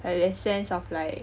like sense of like